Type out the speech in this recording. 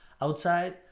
outside